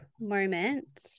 moment